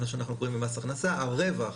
מה שאנחנו קוראים במס הכנסה הרווח,